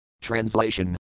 Translation